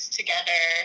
together